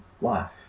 life